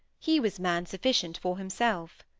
he was man sufficient for himself.